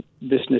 business